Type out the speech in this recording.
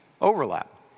overlap